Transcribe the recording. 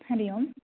हरिः ओम्